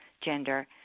gender